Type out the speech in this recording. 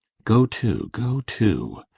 go to, go to!